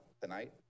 tonight